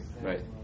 Right